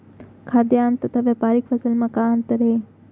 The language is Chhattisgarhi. खाद्यान्न तथा व्यापारिक फसल मा का अंतर हे?